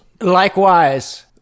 Likewise